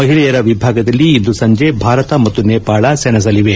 ಮಹಿಳೆಯರ ವಿಭಾಗದಲ್ಲಿ ಇಂದು ಸಂಜೆ ಭಾರತ ಮತ್ತು ನೇಪಾಳ ಸೆಣೆಸಲಿವೆ